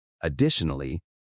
Additionally